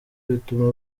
bituma